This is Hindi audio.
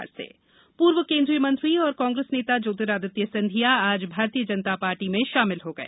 ज्योतिरादित्य भाजपा पूर्व केन्द्रीय मंत्री और कांग्रेस नेता ज्योतिरादित्य सिंधिया आज भारतीय जनता पार्टी में शामिल हो गए